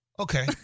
Okay